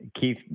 Keith